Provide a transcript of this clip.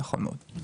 נכון מאוד.